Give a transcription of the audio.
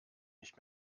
nicht